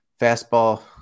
fastball